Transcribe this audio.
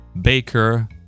baker